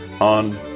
on